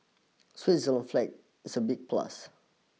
Switzerland's flag is a big plus